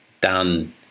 done